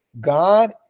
God